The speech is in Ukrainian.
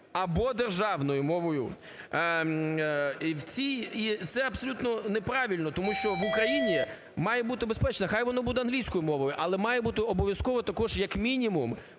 або державною мовою. Це абсолютно неправильно, тому що в Україні має бути безпечно, хай воно буде англійською мовою, але має бути обов'язково також, як мінімум,